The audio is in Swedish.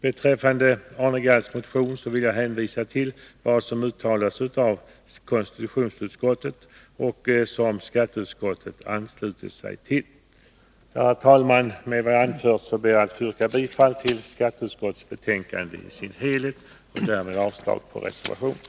Beträffande Arne Gadds motion vill jag hänvisa till konstitutionsutskottets uttalande, som också skatteutskottet anslutit sig till. Herr talman! Med det anförda vill jag yrka bifall till skatteutskottets betänkande nr 59 i dess helhet och därmed avslag på reservationen.